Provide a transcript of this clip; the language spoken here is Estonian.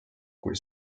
kui